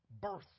birth